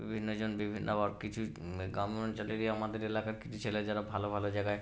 বিভিন্ন জন বিভিন্ন আবার কিছু গ্রামীণ অঞ্চলেরই আমাদের এলাকার কিছু ছেলে যারা ভালো ভালো জায়গায়